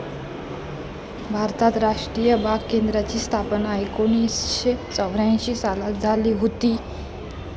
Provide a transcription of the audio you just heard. भारतात राष्ट्रीय बाग केंद्राची स्थापना एकोणीसशे चौऱ्यांशी सालात झाली हुती